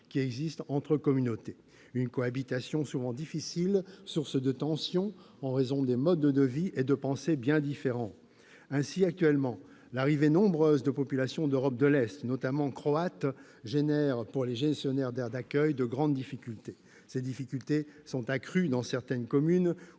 qui existent entre communautés. Leur cohabitation est souvent difficile, source de tensions, en raison de modes de vie et de pensée bien différents. Actuellement, l'arrivée de populations nombreuses d'Europe de l'Est, notamment croates, génère pour les gestionnaires d'aires d'accueil de grandes difficultés. Celles-ci sont accrues, dans certaines communes,